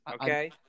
okay